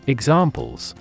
Examples